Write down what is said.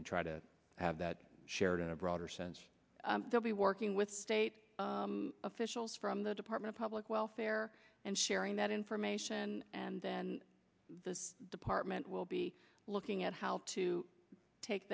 and try to have that shared in a broader sense dubey working with state officials from the department of public welfare and sharing that information and then the department will be looking at how to take